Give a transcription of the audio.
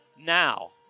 Now